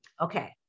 Okay